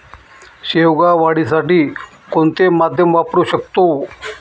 शेवगा वाढीसाठी कोणते माध्यम वापरु शकतो?